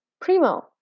Primo